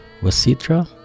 Wasitra